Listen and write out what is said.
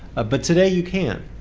but today you can.